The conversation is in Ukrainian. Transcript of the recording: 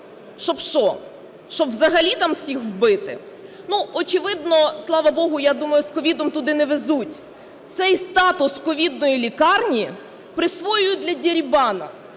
Щоб що, щоб взагалі там всіх вбити? Очевидно, слава Богу, я думаю, що з COVID туди не везуть. Цей статус ковідної лікарні присвоюють для дерибану,